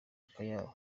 akayabo